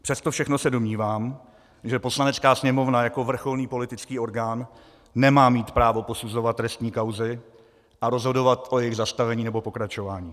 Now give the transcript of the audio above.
Přes to všechno se domnívám, že Poslanecká sněmovna jako vrcholný politický orgán nemá mít právo posuzovat trestní kauzy a rozhodovat o jejich zastavení nebo pokračování.